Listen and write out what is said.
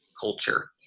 culture